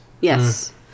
Yes